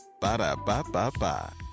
Ba-da-ba-ba-ba